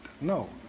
No